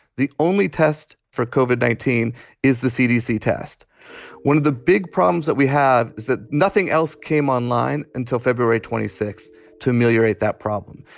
the only test for kohver nineteen is the cdc test one of the big problems that we have is that nothing else came on line until february twenty six to ameliorate that problem.